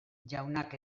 jaunak